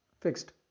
fixed